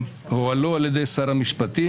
שהועלו על ידי שר המשפטים,